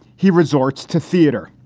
he resorts to theater.